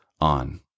on